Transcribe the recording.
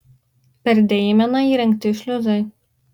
per deimeną įrengti šliuzai